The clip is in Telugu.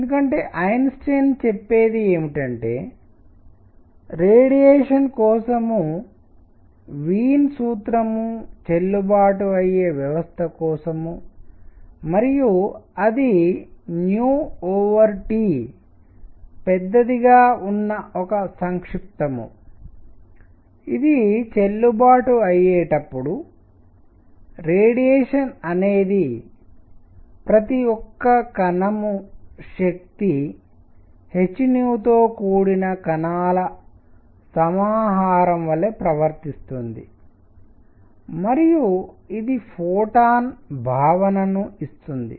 ఎందుకంటే ఐన్స్టీన్ చెప్పేది ఏమిటంటే రేడియేషన్ కోసం వీన్ సూత్రం చెల్లుబాటు అయ్యే వ్యవస్థ కోసం మరియు అది T పెద్దదిగా ఉన్న ఒక సంక్షిప్తము ఇది చెల్లుబాటు అయ్యేటప్పుడు రేడియేషన్ అనేది ప్రతి ఒక్క కణం శక్తి h తో కూడిన కణాల సమాహారం వలె ప్రవర్తిస్తుంది మరియు ఇది ఫోటాన్ భావనను ఇస్తుంది